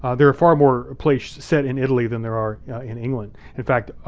ah there are far more plays set in italy than there are in england. in fact,